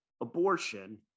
abortion